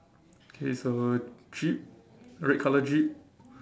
K it's a jeep red colour jeep